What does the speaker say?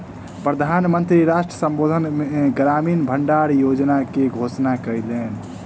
प्रधान मंत्री राष्ट्र संबोधन मे ग्रामीण भण्डार योजना के घोषणा कयलैन